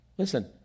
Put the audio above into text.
Listen